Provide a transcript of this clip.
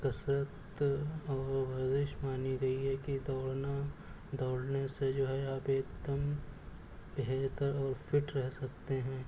کسرت اور ورزش مانی گئی ہے کہ دوڑنا دوڑنے سے جو ہے آپ ایک دم بہتر اور فٹ رہ سکتے ہیں